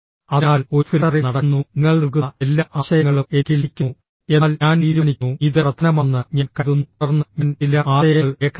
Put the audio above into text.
അതിനാൽ ഒരു ഫിൽട്ടറിംഗ് നടക്കുന്നു നിങ്ങൾ നൽകുന്ന എല്ലാ ആശയങ്ങളും എനിക്ക് ലഭിക്കുന്നു എന്നാൽ ഞാൻ തീരുമാനിക്കുന്നു ഇത് പ്രധാനമാണെന്ന് ഞാൻ കരുതുന്നു തുടർന്ന് ഞാൻ ചില ആശയങ്ങൾ രേഖപ്പെടുത്തുന്നു